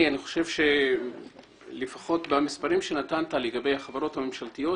אני חושב שלפחות במספרים שנתת לגבי החברות הממשלתיות,